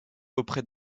auprès